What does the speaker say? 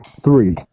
Three